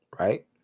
Right